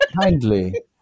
Kindly